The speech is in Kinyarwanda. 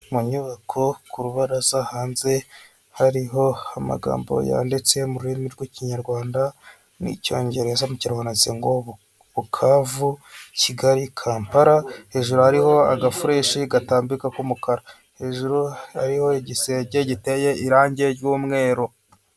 Inyubako ku rubaraza hanze hariho amagambo yanditse mu rurimi rw'ikinyarwanda n'icyongereza cyabonetse ngo bukavu kigali kampala hejuru harihoho agafurishi gatambika k'umukara hejuru hariho igisenge giteye irangi ry'umweru.